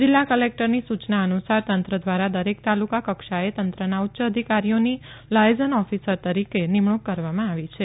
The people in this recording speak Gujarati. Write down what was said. જીલ્લા કલેકટરની સુચના અનુસાર તંત્ર ઘ્વારા દરેક તાલુકા કક્ષાએ તંત્રના ઉચ્ય અધિકારીઓન લાયઝન ઓફીસર તરીકે નિમણુંક કરવામાં આવી છે